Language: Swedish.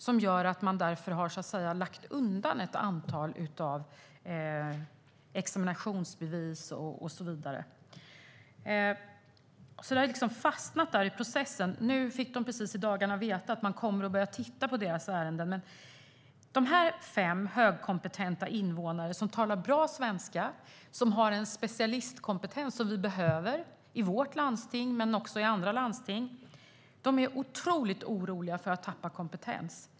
Det har inneburit att Socialstyrelsen har lagt undan ett antal ärenden med examinationsbevis och så vidare. Deras ärenden har fastnat i processen. Nu har de i dagarna fått veta att Socialstyrelsen ska titta på deras ärenden. Dessa fem högkompetenta invånare som talar bra svenska och som har specialistkompetens som behövs i mitt landsting och i andra landsting är otroligt oroliga för att tappa kompetens.